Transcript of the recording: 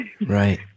Right